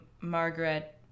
Margaret